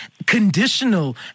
Conditional